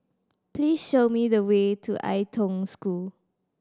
please show me the way to Ai Tong School